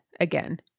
again